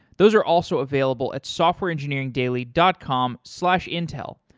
those are also available at softwareengineeringdaily dot com slash intel.